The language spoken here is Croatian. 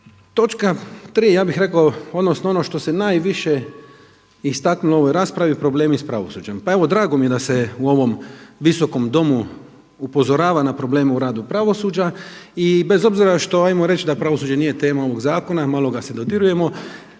Točka 3. ja bih rekao, odnosno ono što se najviše istaknulo u ovoj raspravi problemi sa pravosuđem. Pa evo, drago mi je da se u ovom Visokom domu upozorava na problemu u radu pravosuđa i bez obzira što hajmo reći da pravosuđe nije tema ovog zakona, malo ga se dodirujemo.